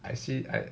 I see I